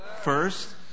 First